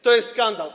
To jest skandal.